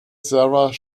sarah